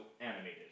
animated